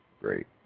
Great